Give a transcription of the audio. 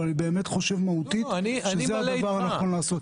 אבל באמת אני חושב מהותית שזה הדבר הנכון לעשות.